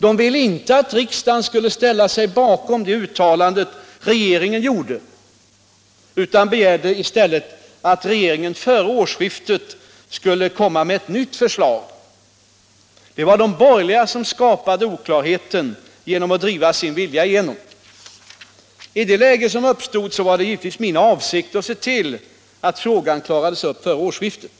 De ville inte att riksdagen skulle ställa sig bakom det uttalande regeringen gjorde utan begärde i stället att regeringen före årsskiftet skulle lägga fram ett nytt förslag. Det var de borgerliga som skapade oklarheten genom att driva sin vilja igenom. I det läge som uppstod var det givetvis min avsikt att se till att frågan klarades upp före årsskiftet.